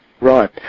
Right